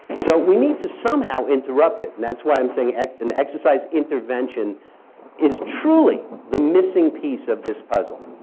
so we need to somehow interrupt it. and that's why i'm saying an exercise intervention is truly the missing piece of this puzzle.